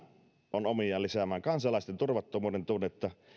on omiaan lisäämään kansalaisten turvattomuuden tunnetta